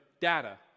data